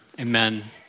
Amen